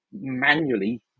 manually